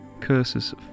curses